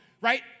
Right